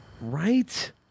Right